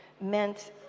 meant